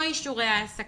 כמו: אישורי העסקה,